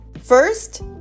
First